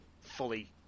fully